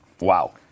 wow